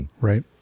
Right